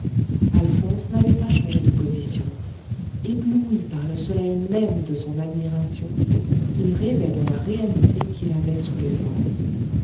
alphonse n'avait pas changé de position ébloui par le soleil même de son admiration il rêvait dans la réalité qu'il avait sous